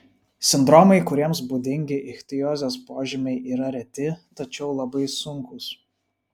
sindromai kuriems būdingi ichtiozės požymiai yra reti tačiau labai sunkūs